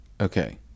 Okay